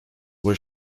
were